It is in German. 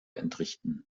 entrichten